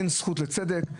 אין זכות לצדק?